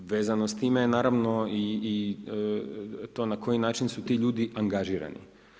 Vezano s time je naravno i to na koji način su ti ljudi angažirani.